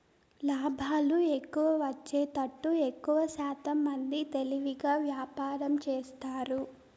లాభాలు ఎక్కువ వచ్చేతట్టు ఎక్కువశాతం మంది తెలివిగా వ్యాపారం చేస్తారు